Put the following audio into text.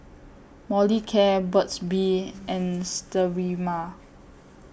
Molicare Burt's Bee and Sterimar